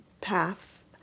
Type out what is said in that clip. path